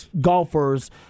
golfers